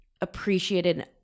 appreciated